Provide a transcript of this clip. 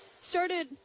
Started